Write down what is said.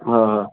हा हा